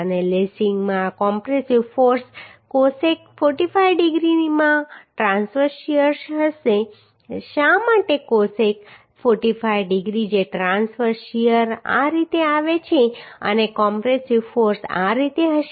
અને લેસિંગમાં compressive force cosec 45 ડીગ્રીમાં ટ્રાન્સવર્સ શીયર હશે શા માટે કોસેક 45 ડીગ્રી જે ટ્રાન્સવર્સ શીયર આ રીતે આવે છે અને કોમ્પ્રેસિવ ફોર્સ આ રીતે હશે